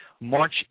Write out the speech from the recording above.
March